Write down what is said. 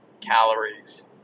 calories